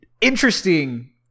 interesting